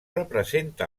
representa